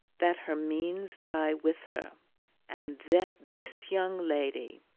that her means die with her and that this young lady,